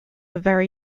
very